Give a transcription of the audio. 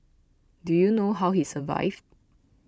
do you know how he survived